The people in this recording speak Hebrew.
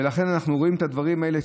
ולכן אנחנו רואים את הדברים האלה,